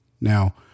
Now